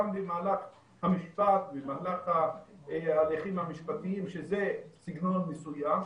גם במהלך המשפט ובמהלך ההליכים המשפטיים שזה סגנון מסוים,